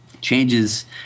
changes